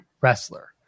wrestler